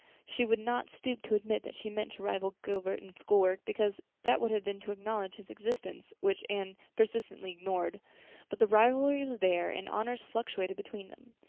she would not stoop to admit that she meant to rival gilbert in schoolwork, because that would have been to acknowledge his existence which anne persistently ignored but the rivalry was there and honors fluctuated between them.